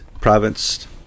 province